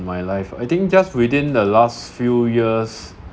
my life I think just within the last few years